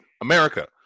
America